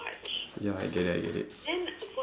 ya I get it I get it